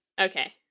Okay